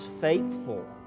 faithful